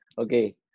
Okay